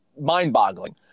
mind-boggling